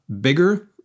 bigger